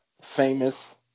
famous